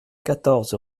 quatorze